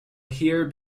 here